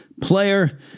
player